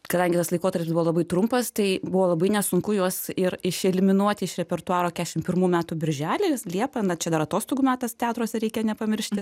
kadangi tas laikotarpis buvo labai trumpas tai buvo labai nesunku juos ir išeliminuoti iš repertuaro kešim pirmų metų birželį liepą na čia dar atostogų metas teatruose reikia nepamiršti